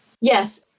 Yes